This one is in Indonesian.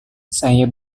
saya